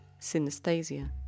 synesthesia